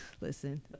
Listen